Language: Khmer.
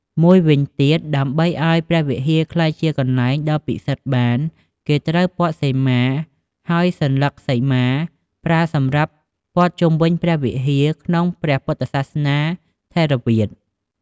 មួយវិញទៀត ដើម្បីឱ្យព្រះវិហារក្លាយជាកន្លែងដ៏ពិសិដ្ឋបាន គេត្រូវព័ទ្ធសីមា ហើយសន្លឹកសីមា ប្រើសម្រាប់ព័ន្ធជុំវិញព្រះវិហារ ក្នុងព្រះពុទ្ធសាសនាថេរវាទ។